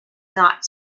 not